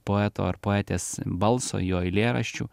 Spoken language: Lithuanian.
poeto ar poetės balso jo eilėraščių